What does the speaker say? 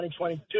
2022